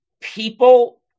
People